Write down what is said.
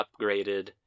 upgraded